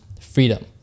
freedom